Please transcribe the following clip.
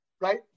right